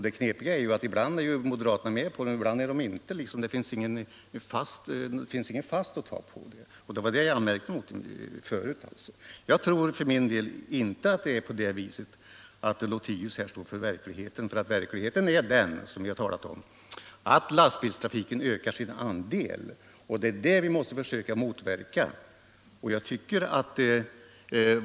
Det knepiga är att ibland är moderaterna med på förslagen och ibland inte. Det finns ingenting fast att ta på. Det var det jag anmärkte mot förut. Jag tycker för min del inte att herr Lothigius här står för verklighetssynen, för verkligheten - som vi har talat om — är den att lastbilstrafiken ökar sin andel, och det är det vi måste försöka motverka.